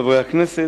חברי הכנסת,